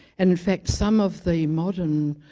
and in fact some of the modern